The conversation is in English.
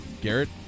Garrett